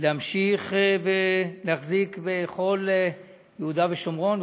להמשיך להחזיק בכל יהודה ושומרון,